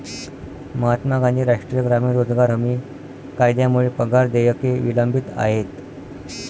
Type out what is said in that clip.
महात्मा गांधी राष्ट्रीय ग्रामीण रोजगार हमी कायद्यामुळे पगार देयके विलंबित आहेत